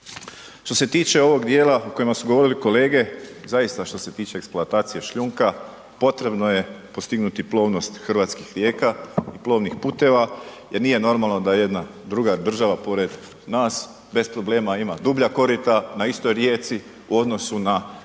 Što se tiče ovog dijela o kojima su govorili kolege zaista što se tiče eksploatacije šljunka, potrebno je postignuti plovnost hrvatskih rijeka i plovnih puteva jer nije normalno da jedna druga država pored nas bez problema ima dublja korita na istoj rijeci u odnosu na korita